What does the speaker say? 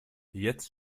jetzt